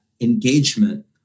engagement